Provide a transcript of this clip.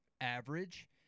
average